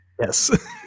Yes